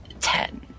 Ten